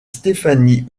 stéphanie